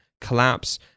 collapse